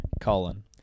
Colon